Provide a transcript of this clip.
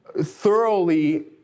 thoroughly